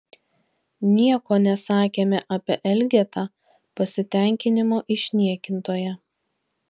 nieko nesakėme apie elgetą pasitenkinimo išniekintoją